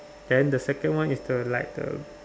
then the second one is the like the